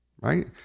right